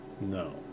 No